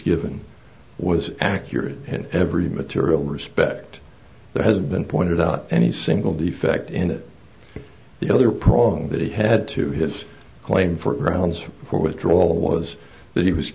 given was accurate in every material respect that has been pointed out any single defect in it the other prong that he had to his claim for grounds for withdrawal was that he was